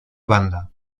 banda